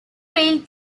rail